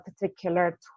particular